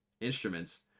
instruments